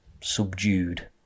subdued